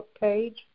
page